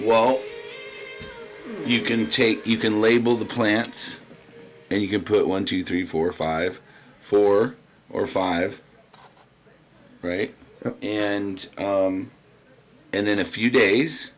well you can take you can label the plants and you can put one two three four five four or five right and and in a few days